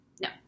No